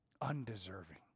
undeserving